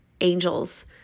angels